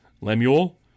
Lemuel